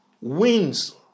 wins